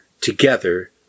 together